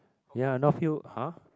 ya not feel !huh!